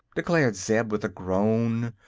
declared zeb, with a groan.